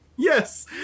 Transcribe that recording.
Yes